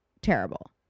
terrible